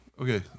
Okay